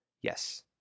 Yes